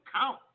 count